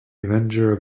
avenger